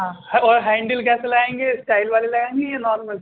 ہاں اور ہینڈل کیسے لگائیں گے اسٹائل والے لگائیں گے یا نارمل